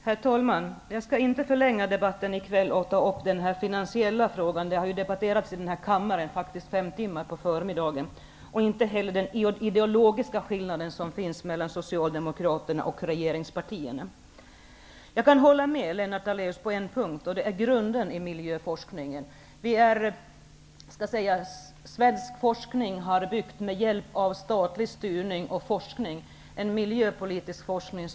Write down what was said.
Herr talman! Jag skall inte förlänga debatten i kväll genom att ta upp den finansiella frågan. Den har debatterats under fem timmar på förmiddagen här i kammaren. Inte heller skall jag ta upp den ideologiska skillnaden som finns mellan Jag kan hålla med Lennart Daléus på en punkt. Det gäller grunden i miljöforskningen. Svensk miljöforskning har med hjälp av statlig styrning resulterat i en internationellt sett bra forskning.